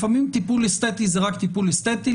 לפעמים טיפול אסתטי זה רק טיפול אסתטי,